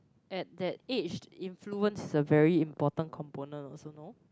at that age influence is a very important component also know